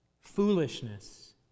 foolishness